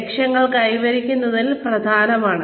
ലക്ഷ്യങ്ങൾ കൈവരിക്കുന്നത് പ്രധാനമാണ്